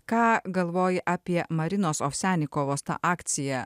ką galvoji apie marinos ofsenikovos tą akciją